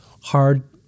hard